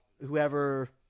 whoever